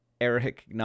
Eric